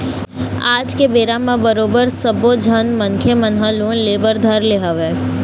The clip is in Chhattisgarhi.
आज के बेरा म बरोबर सब्बो झन मनखे मन ह लोन ले बर धर ले हवय